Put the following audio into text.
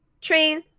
Train